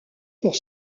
pour